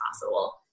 possible